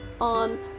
on